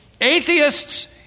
Atheists